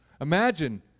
Imagine